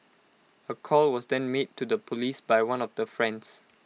A call was then made to the Police by one of the friends